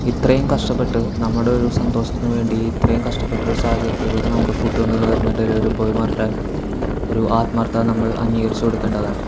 ഇത്രയും കഷ്ടപ്പെട്ട് നമ്മുടെയൊരു സന്തോഷത്തിന് വേണ്ടി ഇത്രയും കഷ്ടപ്പെട്ടൊരു സാഹചര്യത്തിലൂടെ നമുക്ക് ഫുഡ്ഡ് കൊണ്ടന്ന് തരുന്ന ഡെലിവറി ബോയ്മാരുടെ ഒരു ആത്മാർത്ഥത നമ്മൾ അംഗീകരിച്ചു കൊടുക്കേണ്ടതാണ്